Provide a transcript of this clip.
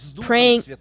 Praying